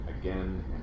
again